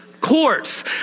courts